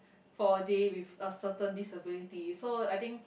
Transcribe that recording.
for a day with a certain disability so I think